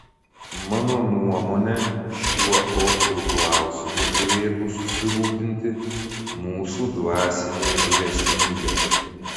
mano nuomone šiuo opiu klausimu turėtų susirūpinti mūsų dvasinė vyresnybė